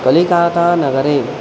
कलिकाता नगरे